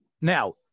now